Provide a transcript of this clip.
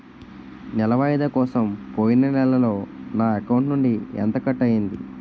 నెల వాయిదా కోసం పోయిన నెలలో నా అకౌంట్ నుండి ఎంత కట్ అయ్యింది?